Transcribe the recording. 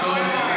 לעצמך.